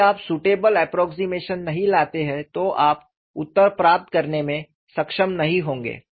यदि आप suitable approximation नहीं लाते हैं तो आप उत्तर प्राप्त करने में सक्षम नहीं होंगे